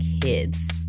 kids